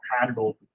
handle